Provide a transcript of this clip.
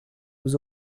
vous